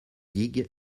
digue